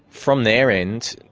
from their end,